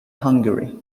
hungary